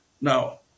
Now